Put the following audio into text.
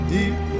Deep